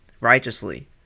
righteously